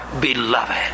beloved